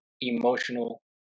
emotional